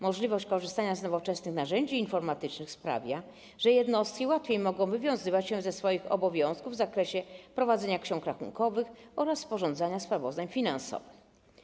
Możliwość korzystania z nowoczesnych narzędzi informatycznych sprawia, że jednostki łatwiej mogą wywiązywać się ze swoich obowiązków w zakresie prowadzenia ksiąg rachunkowych oraz sporządzania sprawozdań finansowych.